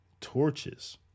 torches